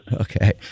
Okay